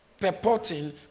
purporting